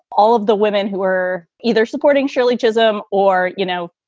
all of the women who were either supporting shirley chisholm or, you know,